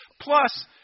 Plus